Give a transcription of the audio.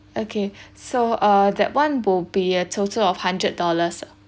okay so err that one will be a total of hundred dollars